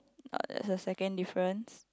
that's the second difference